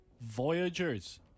Voyagers